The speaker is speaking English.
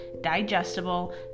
digestible